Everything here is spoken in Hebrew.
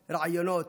רעיונות,